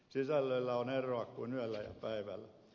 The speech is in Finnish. sisällöillä on eroa kuin yöllä ja päivällä